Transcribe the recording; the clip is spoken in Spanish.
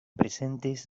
presentes